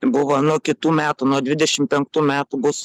buvo nuo kitų metų nuo dvidešim penktų metų bus